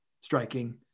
striking